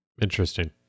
Interesting